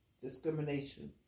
discrimination